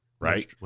right